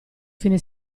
fine